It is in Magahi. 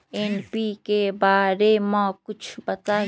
एन.पी.के बारे म कुछ बताई?